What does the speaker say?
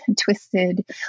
twisted